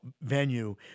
venue